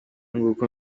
nguko